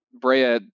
Brea